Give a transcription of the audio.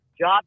job